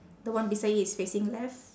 the one beside it is facing left